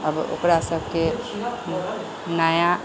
अब ओकरा सबके नया